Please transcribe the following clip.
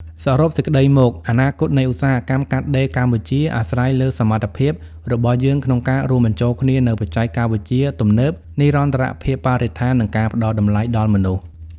សរុបសេចក្ដីមក អនាគតនៃឧស្សាហកម្មកាត់ដេរកម្ពុជា អាស្រ័យលើសមត្ថភាពរបស់យើងក្នុងការរួមបញ្ចូលគ្នានូវបច្ចេកវិទ្យាទំនើប និរន្តរភាពបរិស្ថាន និងការផ្ដល់តម្លៃដល់មនុស្ស។